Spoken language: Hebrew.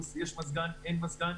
אם יש מזגן או אין מזגן.